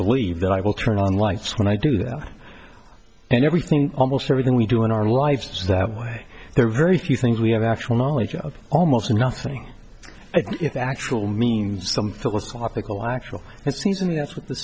believe that i will turn on lights when i do that and everything in almost everything we do in our lives that way there are very few things we have actual knowledge of almost nothing of actual meaning some philosophical actual it seems and that's what the